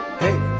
hey